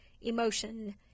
emotion